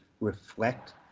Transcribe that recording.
reflect